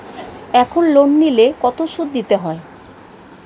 এখন লোন নিলে কত সুদ দিতে হয়?